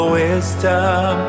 wisdom